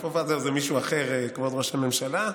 Forefather זה מישהו אחר, כבוד ראש הממשלה.